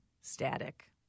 static